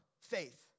faith